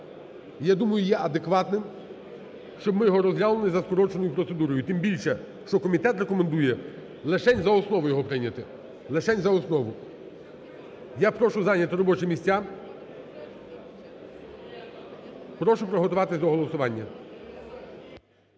я думаю, є адекватним, щоб ми його розглянули за скороченою процедурою, тим більше, що комітет рекомендує лишень за основу його прийняти. Лишень за основу. Я прошу зайняти робочі місця. Прошу приготуватися до голосування.